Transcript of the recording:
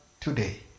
today